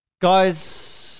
Guys